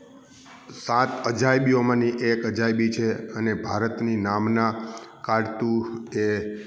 સાત અજાયબીઓમાંની એક અજાયબી છે અને ભારતની નામના કાઢતું એ